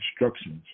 instructions